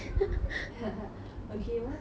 okay what's your biggest fear